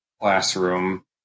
classroom